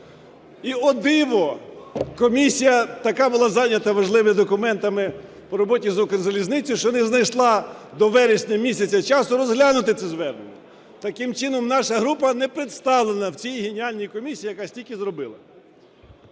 І о, диво – комісія така була зайнята важливими документами по роботі з Укрзалізницею, що не знайшла до вересня місяця часу розглянути це звернення. Таким чином наша група не представлена в цій геніальній комісії, яка стільки зробила.